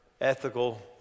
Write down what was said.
ethical